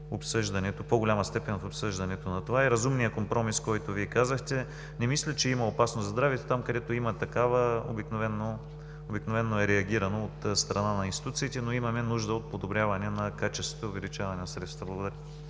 на родителите в обсъждането на това. Разумният компромис, който Вие казахте, не мисля, че има опасност за здравето. Там където има такава, обикновено е реагирано от страна на институциите, но имаме нужда от подобряване на качеството и увеличаване на средствата. Благодаря.